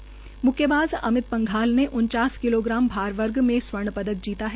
म्क्केबाज़ अमित पंघाल ने उन्चास किलोग्राम भार वर्ग में स्वर्णपदक जीता है